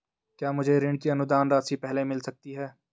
क्या मुझे ऋण की अनुदान राशि पहले मिल सकती है?